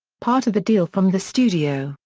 part of the deal from the studio,